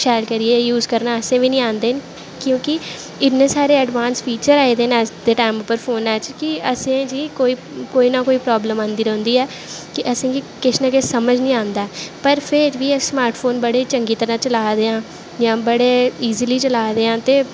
शैल करियै यूज करने असें बी निं आंदे न क्योंकि इन्ने सारे अंडवास फीचर आए दे न अज्ज दे टैम उप्पर फोने च कि असेंगी कोई कोई ना कोई प्राब्लम आंदी रौंह्दी ऐ के असेंगी किश ना किश समझ निं आंदा ऐ पर फिर बी अस स्मार्ट फोन बड़ी चंगी तरह् चला दे आं इ'यां बड़े ईजली चला दे आं ते